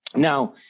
now,